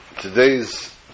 today's